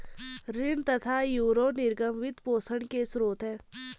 ऋण तथा यूरो निर्गम वित्त पोषण के स्रोत है